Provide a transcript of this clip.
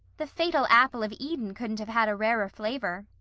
the fatal apple of eden couldn't have had a rarer flavor,